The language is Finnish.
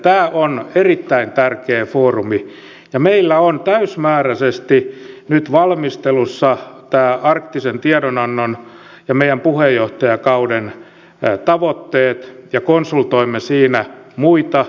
tämä on erittäin tärkeä foorumi ja meillä on täysimääräisesti nyt valmistelussa arktisen tiedonannon ja meidän puheenjohtajakautemme tavoitteet ja konsultoimme siinä muita